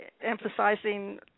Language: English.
emphasizing